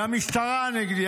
המשטרה נגדי,